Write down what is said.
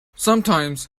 sometimes